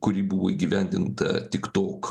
kuri buvo įgyvendinta tiktok